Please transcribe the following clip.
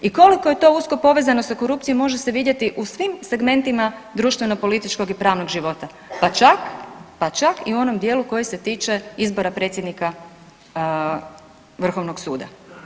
I koliko je to usko povezano sa korupcijom može se vidjeti u svim segmentima društveno-političkog i pravnog života, pa čak, pa čak i u onom dijelu koji se tiče izbora predsjednika Vrhovnog suda.